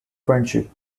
friendship